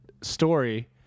story—